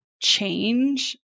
Change